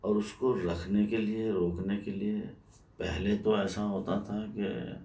اور اس کو رکھنے کے لئے روکنے کے لئے پہلے تو ایسا ہوتا تھا کہ